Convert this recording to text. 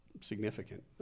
significant